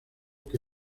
que